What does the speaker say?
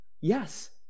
Yes